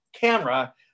camera